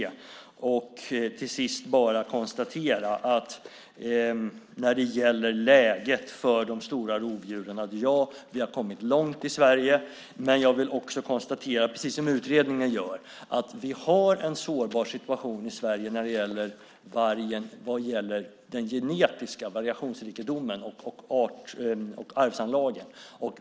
Sist och slutligen vill jag konstatera när det gäller läget för de stora rovdjuren att vi har kommit långt i Sverige. Men precis som utredningen gör konstaterar jag att vi har en sårbarhet när det gäller den genetiska variationsrikedomen för vargen och arvsanlagen.